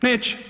Neće.